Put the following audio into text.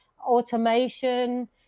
automation